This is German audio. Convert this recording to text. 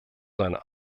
seiner